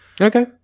Okay